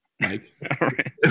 Mike